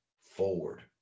forward